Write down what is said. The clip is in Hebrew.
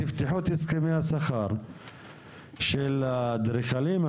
תפתחו את הסכמי השכר של האדריכלים,